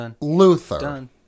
luther